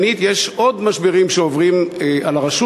שנית, יש עוד משברים שעוברים על הרשות.